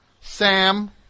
Sam